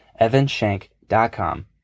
evanshank.com